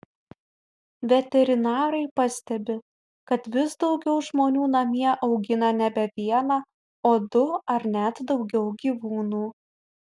veterinarai pastebi kad vis daugiau žmonių namie augina nebe vieną o du ar net daugiau gyvūnų